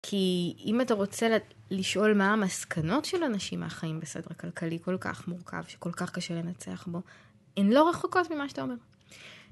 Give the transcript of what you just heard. כי אם אתה רוצה לשאול מה המסקנות של אנשים מהחיים בסדר הכלכלי כל כך מורכב, שכל כך קשה לנצח בו, הם לו רחוקות ממה שאתה אומר.